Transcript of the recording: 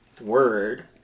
word